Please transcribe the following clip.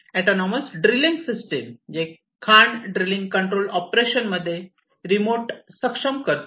autonomous drilling system जे खाण drilling control ऑपरेशनमध्ये रिमोट सक्षम करते